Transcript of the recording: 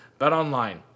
BetOnline